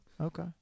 Okay